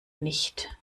nicht